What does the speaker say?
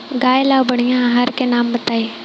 गाय ला बढ़िया आहार के नाम बताई?